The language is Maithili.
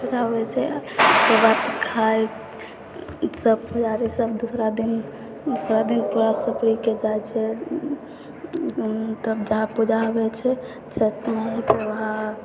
सुखाबै छै ओहिके बाद खाइ सब पुजारी सब दोसरा दिन दोसरा दिन पूरा सपरिके जाइ छै तब जहाँ पूजा हुअए छै छठमे वहाँ